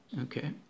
Okay